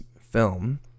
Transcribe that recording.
film